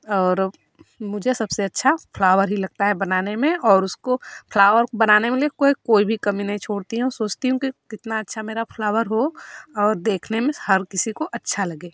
और मुझे सबसे अच्छा फ्लावर ही लगता है बनाने में और उसको फ्लावर को बनाने कोई भी कमी नहीं छोड़ती हूँ सोचती हूँ कि कितना अच्छा मेरा फ्लावर हो और देखने में हर किसी को अच्छा लगे